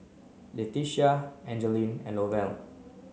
Letitia Angeline and Lovell